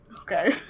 Okay